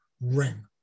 ring